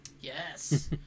Yes